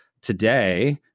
today